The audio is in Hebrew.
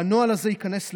והנוהל הזה ייכנס לתוקף,